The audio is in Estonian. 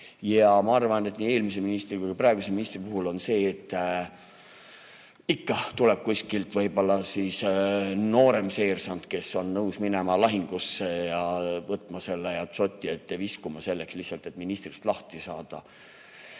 Ma arvan, et nii eelmise ministri kui ka praeguse ministri puhul on see, et ikka tuleb kuskilt võib-olla nooremseersant, kes on nõus minema lahingusse ja dzoti ette viskuma selleks lihtsalt, et ministrist lahti saada.